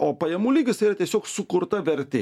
o pajamų lygis yra tiesiog sukurta vertė